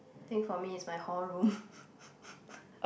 think for me is my hall room